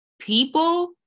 people